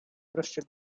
wreszcie